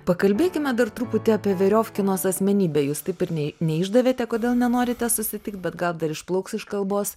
pakalbėkime dar truputį apie veriofkinos asmenybę jūs taip ir nei neišdavėte kodėl nenorite susitikt bet gal dar išplauks iš kalbos